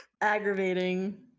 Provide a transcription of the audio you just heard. Aggravating